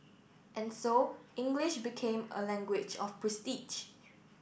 and so English became a language of prestige